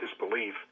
disbelief